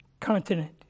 continent